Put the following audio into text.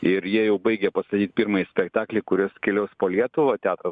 ir jie jau baigia pastatyt pirmąjį spektaklį kuris keliaus po lietuvą teatras